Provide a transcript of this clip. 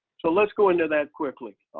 so let's go into that quickly.